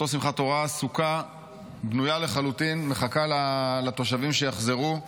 סוכה בנויה לחלוטין, מחכה לתושבים שיחזרו,